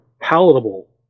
palatable